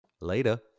later